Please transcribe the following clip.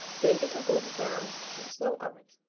bake until golden brown in slow oven.